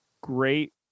great